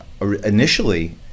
Initially